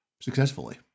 successfully